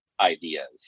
ideas